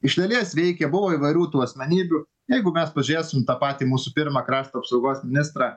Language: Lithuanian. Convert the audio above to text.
iš dalies veikė buvo įvairių tų asmenybių jeigu mes pažiūrėsim tą patį mūsų pirmą krašto apsaugos ministrą